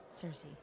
Cersei